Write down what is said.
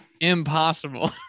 impossible